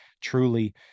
truly